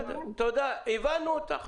הבנו אותך.